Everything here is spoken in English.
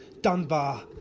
Dunbar